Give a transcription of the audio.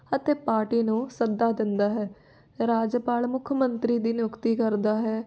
ਅਤੇ ਪਾਰਟੀ ਨੂੰ ਸੱਦਾ ਦਿੰਦਾ ਹੈ ਰਾਜਪਾਲ ਮੁੱਖ ਮੰਤਰੀ ਦੀ ਨਿਯੁਕਤੀ ਕਰਦਾ ਹੈ